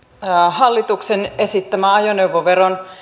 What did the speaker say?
hallituksen esittämä ajoneuvoveron